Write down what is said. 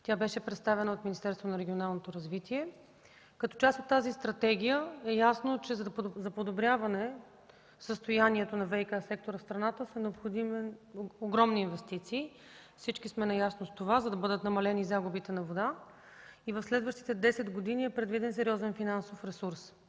Той беше представен от Министерството на регионалното развитие. Като част от тази стратегия е ясно, че за подобряване състоянието на ВиК сектора в страната са необходими огромни инвестиции – всички сме наясно с това, за да бъдат намалени загубите на вода и в следващите 10 години е предвиден сериозен финансов ресурс.